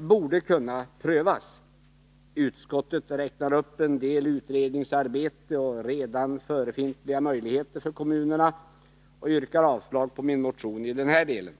borde kunna prövas. Utskottet räknar upp en del utredningsarbeten och redan förefintliga möjligheter för kommunerna och yrkar avslag på min motion i denna del.